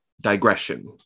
digression